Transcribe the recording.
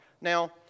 Now